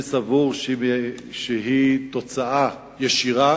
אני סבור שהיא תוצאה ישירה